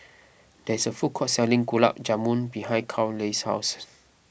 there is a food court selling Gulab Jamun behind Carleigh's house